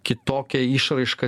kitokią išraišką